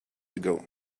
ago